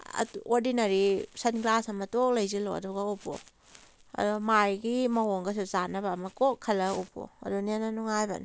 ordinary sunglass ꯑꯃ ꯇꯣꯛ ꯂꯩꯁꯤꯜꯂꯣ ꯑꯗꯨꯒ ꯎꯞꯄꯣ ꯑꯗꯨ ꯃꯥꯏꯒꯤ ꯃꯑꯣꯡꯒꯁꯨ ꯆꯥꯅꯕ ꯑꯃ ꯀꯣꯛ ꯈꯜꯂꯒ ꯎꯞꯄꯣ ꯑꯗꯨꯅ ꯍꯦꯟꯅ ꯅꯨꯡꯉꯥꯏꯕꯅꯤ